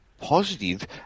positive